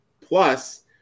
Plus